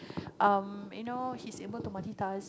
um you know he's able to multitask